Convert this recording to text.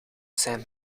zijn